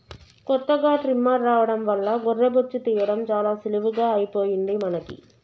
కొత్తగా ట్రిమ్మర్ రావడం వల్ల గొర్రె బొచ్చు తీయడం చాలా సులువుగా అయిపోయింది మనకి